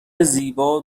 زیبا